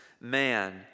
man